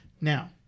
Now